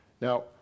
Now